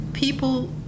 People